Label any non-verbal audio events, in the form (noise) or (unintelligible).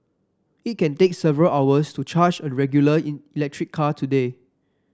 it can take several hours to charge a regular (unintelligible) electric car today